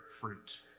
fruit